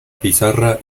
pizarra